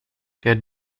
der